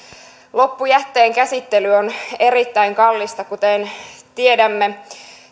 loppujätteen käsittely on erittäin kallista kuten tiedämme